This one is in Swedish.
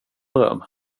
dröm